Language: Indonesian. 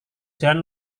jalan